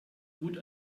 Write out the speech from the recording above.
gut